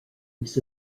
luis